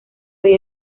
hoy